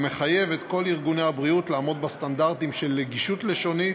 המחייב את כל ארגוני הבריאות לעמוד בסטנדרטים של נגישות לשונית,